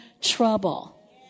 trouble